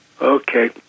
Okay